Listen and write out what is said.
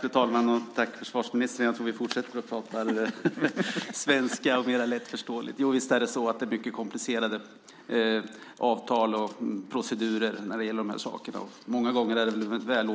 Fru talman! Jag tackar försvarsministern för svaret. Jag tror att vi fortsätter att tala svenska och mer lättförståeligt. Visst är det mycket komplicerade avtal och procedurer när det gäller de här sakarna. Många gånger är det